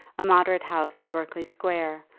a moderate house in berkeley square,